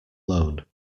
alone